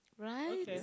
Right